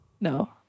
No